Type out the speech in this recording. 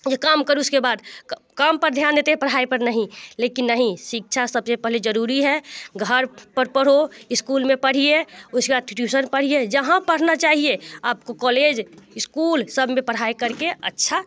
काम करूँ उसके बाद काम पर ध्यान देते हैं पढ़ाई पर नहीं लेकिन नहीं शिक्षा सब से पहले ज़रूरी है घर पर पढ़ो इस्कूल में पढ़िए उसके बाद ट्यूशन पढ़िए जहाँ पढ़ना चाहिए आपको कॉलेज इस्कूल सब में पढ़ाई कर के अच्छे